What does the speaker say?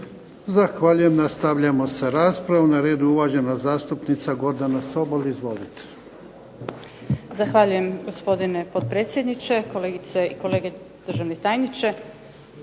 Zahvaljujem. Nastavljamo sa raspravom. Na redu je uvažena zastupnica Gordana Sobol, izvolite.